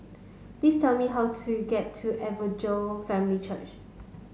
please tell me how to get to Evangel Family Church